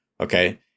Okay